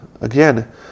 Again